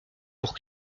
pour